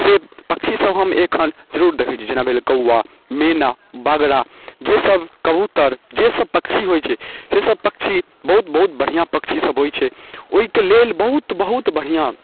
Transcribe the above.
से पक्षीसब हम एखन जरूर देखै छी जेना भेल कौआ मैना बगड़ा जेसब कबूतर जेसब पक्षी होइ छै सेसब पक्षी बहुत बहुत बढ़िआँ पक्षीसब होइ छै ओहिके लेल बहुत बहुत बढ़िआँ